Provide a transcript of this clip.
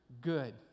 good